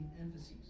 emphases